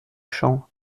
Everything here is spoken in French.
champs